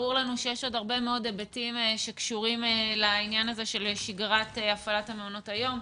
ברור לנו יש עוד הרבה היבטים לעניין הזה של שגרת הפעלת מעונות היום,